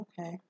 okay